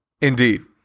indeed